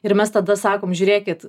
ir mes tada sakom žiūrėkit